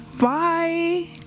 Bye